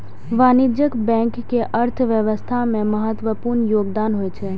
वाणिज्यिक बैंक के अर्थव्यवस्था मे महत्वपूर्ण योगदान होइ छै